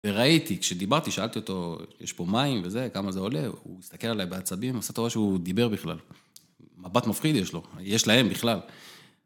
וראיתי, כשדיברתי, שאלתי אותו, יש פה מים וזה, כמה זה עולה? הוא הסתכל עליי בעצבים, עושה טובה שהוא דיבר בכלל. מבט מפחיד יש לו, יש להם בכלל.